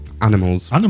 animals